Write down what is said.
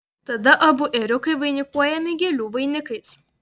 tada abu ėriukai vainikuojami gėlių vainikais